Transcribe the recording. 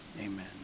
Amen